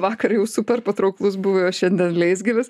vakar jau super patrauklus buvai o šiandien leisgyvis